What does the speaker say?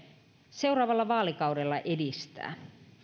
seuraavalla vaalikaudella edistää